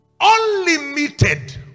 unlimited